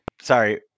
Sorry